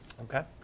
Okay